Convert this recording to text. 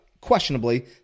questionably